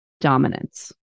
dominance